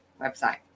website